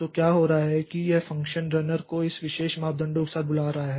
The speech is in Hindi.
तो क्या हो रहा है कि यह इस फ़ंक्शन रनर को इस विशेष मापदंडों के साथ बुला रहा है